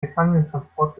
gefangenentransport